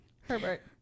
herbert